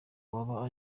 waba